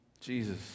Jesus